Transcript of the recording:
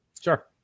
Sure